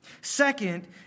Second